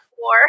war